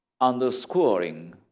underscoring